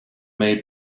made